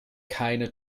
keine